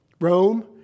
Rome